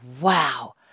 wow